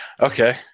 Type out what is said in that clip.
Okay